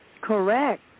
Correct